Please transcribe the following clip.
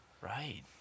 Right